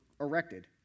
erected